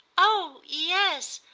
oh yes,